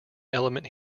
element